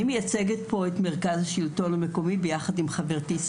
אני מייצגת פה את מרכז השלטון המקומי ביחד עם חברתי,